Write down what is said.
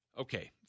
okay